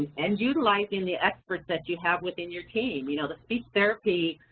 and utilizing the experts that you have within your team. you know the speech therapy